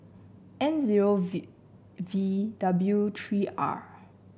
N zero V V W three R